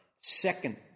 Second